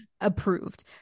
approved